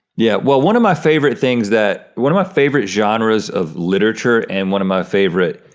yeah well one of my favorite things that, one of my favorite genres of literature, and one of my favorite